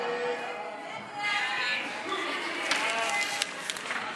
ההצעה להעביר לוועדה